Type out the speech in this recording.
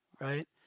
right